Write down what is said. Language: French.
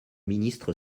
ministre